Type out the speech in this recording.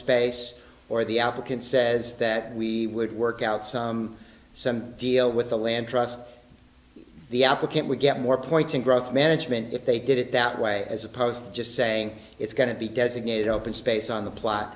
space or the applicant says that we would work out some some deal with the land trust the applicant would get more points in growth management if they did it that way as opposed to just saying it's going to be designated open space on the plot